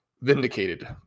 vindicated